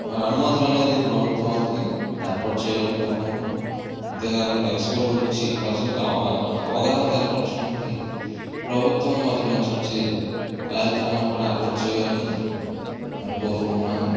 మరి అనుమతులు అనేది ప్రభుత్వం వారికి ఏర్పాటు చేయాలని కోరుకుంటున్నాము అంతే కాకుండా ఎక్స్పోలు గురించి ప్రజలకు అవ అవగాహన కల్పించడానికి ప్రభుత్వం మరి మంచి మంచి కార్యక్రమాలు కూడా ఏర్పాటు చేయాలని మరి కోరుకుంటున్నాను